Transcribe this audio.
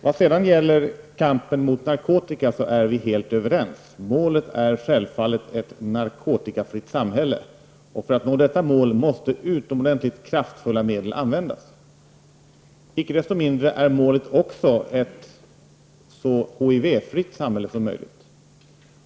När det gäller kampen mot narkotikan är vi helt överens. Målet är självfallet ett narkotikafritt samhälle. För att nå detta mål måste utomordentligt kraftfulla medel användas. Icke desto mindre är målet också ett så HIV-fritt samhälle som möjligt.